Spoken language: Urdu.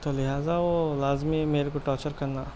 تو لہٰذا وہ لازمی میرے کو ٹارچر کرنا